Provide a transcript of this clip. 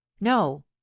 no